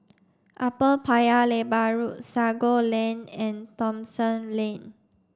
Upper Paya Lebar Road Sago Lane and Thomson Lane